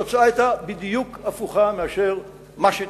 התוצאה היתה בדיוק הפוכה מאשר מה שהתרחש.